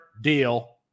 deal